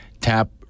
tap